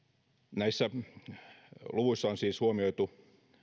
näissä hävittäjiä koskevissa luvuissa on siis huomioitu